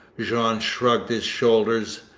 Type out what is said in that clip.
jean shrugged his shoulders.